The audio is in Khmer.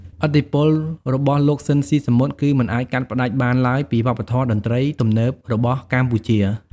ឥទ្ធិពលរបស់ ស៊ីន ស៊ីសាមុត គឺមិនអាចកាត់ផ្ដាច់បានឡើយពីវប្បធម៌តន្ត្រីទំនើបរបស់កម្ពុជា ។